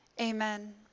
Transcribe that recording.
Amen